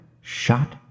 shot